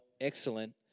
excellent